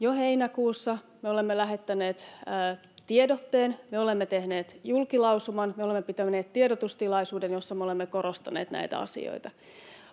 Jo heinäkuussa me olemme lähettäneet tiedotteen, me olemme tehneet julkilausuman, me olemme pitäneet tiedotustilaisuuden, jossa me olemme korostaneet näitä asioita.